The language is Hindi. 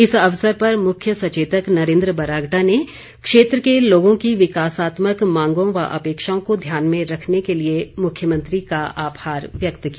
इस अवसर पर मुख्य सचेतक नरेन्द्र बरागटा ने क्षेत्र के लोगों की विकासात्मक मांगों व अपेक्षाओं को ध्यान में रखने के लिए मुख्यमंत्री का आभार व्यक्त किया